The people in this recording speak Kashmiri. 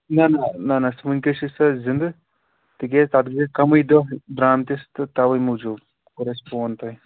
نہٕ نہٕ نہٕ نہٕ وُنکیٚس چھَ سۅ زِنٛدٕ تِکیٛازِ تَتھ گٔے کمٕے دۄہ درٛامتِس تہٕ توَے موٗجوٗب کوٚر اَسہِ فون تۄہہِ